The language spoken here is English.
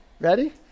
Ready